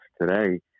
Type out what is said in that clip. today